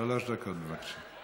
שלוש דקות, בבקשה.